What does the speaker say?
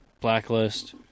Blacklist